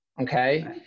Okay